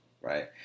right